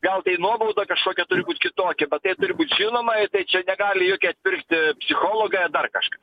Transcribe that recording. gal tai nuobauda kažkokia turi būt kitokia bet tai turi būt žinoma ir tai čia negali jokie atpirkti psichologai ar dar kažkas